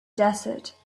desert